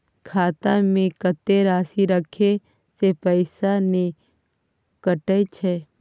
खाता में कत्ते राशि रखे से पैसा ने कटै छै?